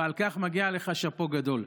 ועל כך מגיע לך שאפו גדול.